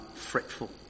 fretful